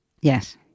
yes